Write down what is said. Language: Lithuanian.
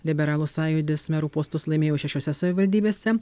liberalų sąjūdis merų postus laimėjo šešiose savivaldybėse